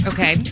Okay